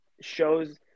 shows